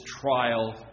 trial